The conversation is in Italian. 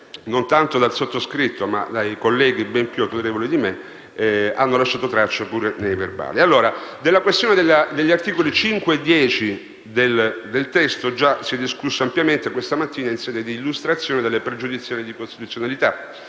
non tanto il sottoscritto ma colleghi ben più autorevoli di me, hanno lasciato traccia negli atti. Della questione degli articoli 5 e 10 del testo già si è discusso ampiamente questa mattina in sede di illustrazione delle pregiudiziali di costituzionalità.